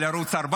על ערוץ 14,